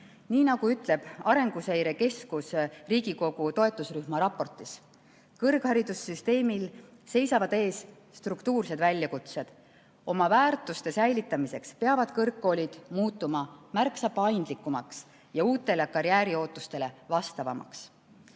Nii nagu ütleb Arenguseire Keskus Riigikogu toetusrühma raportis: kõrgharidussüsteemil seisavad ees struktuursed väljakutsed. Oma väärtuste säilitamiseks peavad kõrgkoolid muutuma märksa paindlikumaks ja uutele karjääriootustele vastavamaks.